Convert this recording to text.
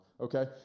Okay